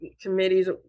committees